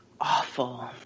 awful